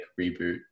reboot